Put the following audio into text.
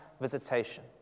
visitation